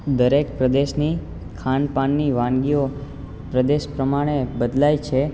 દરેક પ્રદેશની ખાન પાનની વાનગીઓ પ્રદેશ પ્રમાણે બદલાય છે